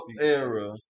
era